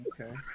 Okay